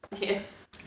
Yes